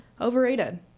overrated